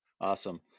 Awesome